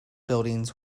buildings